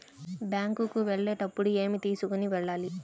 Bank కు వెళ్ళేటప్పుడు ఏమి తీసుకొని వెళ్ళాలి?